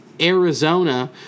Arizona